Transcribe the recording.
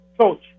coach